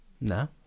No